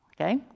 Okay